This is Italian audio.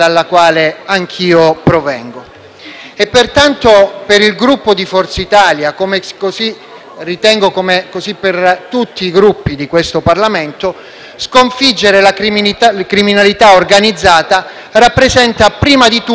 Pertanto, per il Gruppo Forza Italia, come ritengo per tutti i Gruppi di questo Parlamento, sconfiggere la criminalità organizzata rappresenta, prima di tutto, una battaglia di libertà.